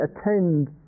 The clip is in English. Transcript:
attend